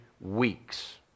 weeks